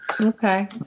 Okay